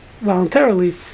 voluntarily